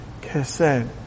kesed